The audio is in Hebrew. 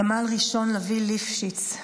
סמל ראשון לביא ליפשיץ,